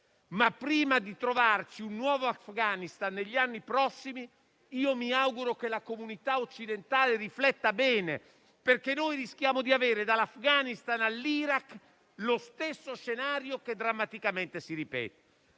Prima di trovarci un nuovo Afghanistan negli anni prossimi, mi auguro che la comunità occidentale rifletta bene, perché rischiamo di avere, dall'Afghanistan all'Iraq, lo stesso scenario che drammaticamente si ripete.